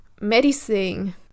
medicine